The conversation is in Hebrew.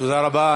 תודה רבה.